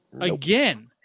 Again